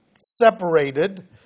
separated